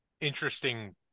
Interesting